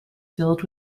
filled